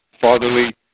fatherly